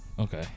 Okay